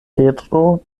petro